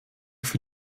für